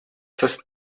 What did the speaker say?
das